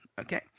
okay